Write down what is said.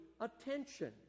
attention